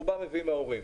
רובם מביאים מההורים.